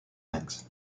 banks